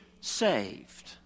saved